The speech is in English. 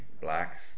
blacks